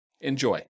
Enjoy